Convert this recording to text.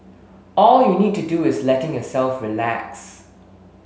all you need to do is letting yourself relax